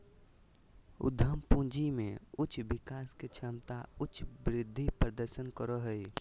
उद्यम पूंजी में उच्च विकास के क्षमता उच्च वृद्धि प्रदर्शन करो हइ